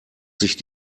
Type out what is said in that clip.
sich